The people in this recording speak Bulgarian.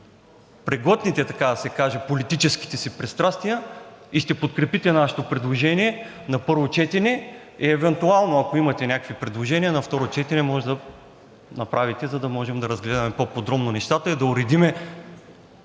преглътнете, така да се каже, политическите си пристрастия и ще подкрепите нашето предложение на първо четене. Евентуално ако имате някакви предложения на второ четене, може да направите, за да може да разгледаме по-подробно нещата и да уредим